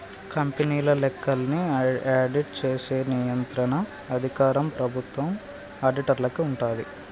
కంపెనీల లెక్కల్ని ఆడిట్ చేసేకి నియంత్రణ అధికారం ప్రభుత్వం ఆడిటర్లకి ఉంటాది